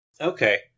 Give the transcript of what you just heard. Okay